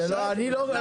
נכון, זה אולי לא מורגש